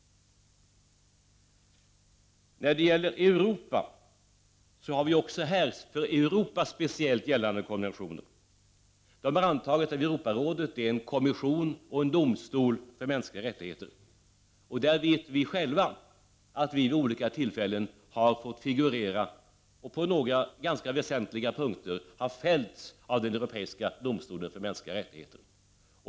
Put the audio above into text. När det gäller Europa finns det också för Europa speciellt gällande konventioner antagna av Europarådet. Det finns en kommission och en domstol för mänskliga rättigheter. Vi vet själva att vi vid olika tillfällen har fått figurera där, och på några ganska väsentliga punkter har vi också fällts av den europeiska domstolen för mänskliga rättigheter.